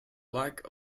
lack